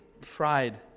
pride